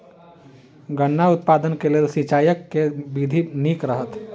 गन्ना उत्पादन केँ लेल सिंचाईक केँ विधि नीक रहत?